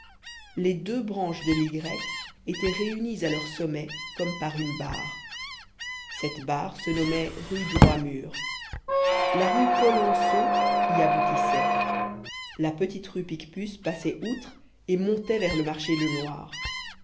les deux branches de l'y étaient réunies à leur sommet comme par une barre cette barre se nommait rue droit mur la rue polonceau y aboutissait la petite rue picpus passait outre et montait vers le marché lenoir